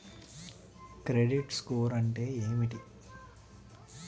Credit score అంటే ఏమిటి?